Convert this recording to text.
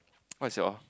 what is your